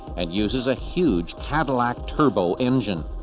and uses a huge cadillac turbo engine.